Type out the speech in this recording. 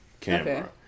camera